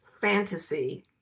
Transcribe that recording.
fantasy